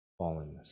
fallenness